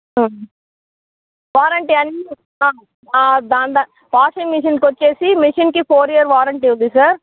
warranty అన్ని ఇస్తాము దాని దాన్ని వాషింగ్ మిషనకి వచ్చేసి మీ మిషన్కి ఫోర్ ఇయర్ వారంటీ ఉంది సార్